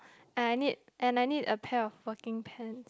and I need and I need a pair of working pants